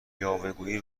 یاوهگویی